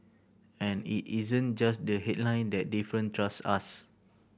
and it isn't just the headline that different trust us